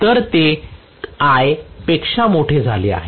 तर ते I पेक्षा मोठे झाले असते